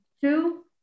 two